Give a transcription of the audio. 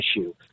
issue